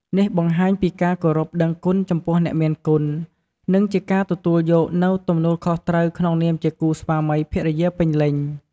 នេះបង្ហាញពីការគោរពដឹងគុណចំពោះអ្នកមានគុណ និងជាការទទួលយកនូវទំនួលខុសត្រូវក្នុងនាមជាគូស្វាមីភរិយាពេញលេញ។